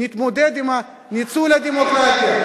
נתמודד עם ניצול הדמוקרטיה.